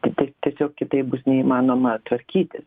kitaip tiesiog kitaip bus neįmanoma tvarkytis